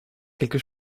quelque